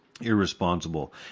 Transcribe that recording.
Irresponsible